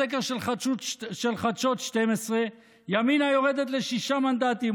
בסקר של חדשות 12 ימינה יורדת לשישה מנדטים,